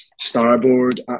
Starboard